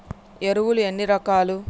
ఎరువులు ఎన్ని రకాలు?